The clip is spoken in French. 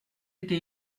été